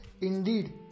indeed